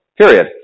period